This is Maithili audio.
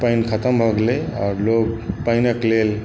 पानि खत्म भऽ गेलै आ लोक पानिके लेल